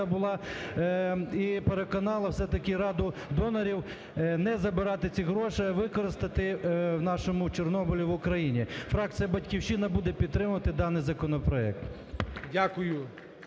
була і переконала все-таки раду донорів не забирати ці гроші, а використати в нашому Чорнобилі в Україні. Фракція "Батьківщина", буде підтримувати даний законопроект.